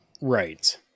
right